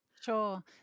sure